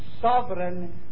sovereign